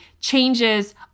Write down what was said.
changes